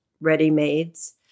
ready-mades